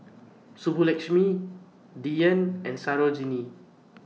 Subbulakshmi Dhyan and Sarojini